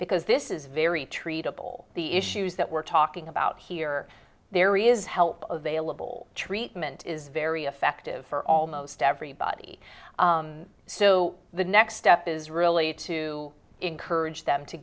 because this is very treatable the issues that we're talking about here are there is help available treatment is very effective for almost everybody so the next step is really to encourage them to